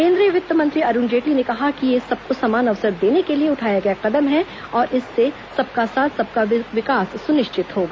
केंद्रीय वित्त मंत्री अरूण जेटली ने कहा कि यह सबको समान अवसर देने के लिए उठाया गया कदम है और इससे सबका साथ सबका विकास सुनिश्चित होगा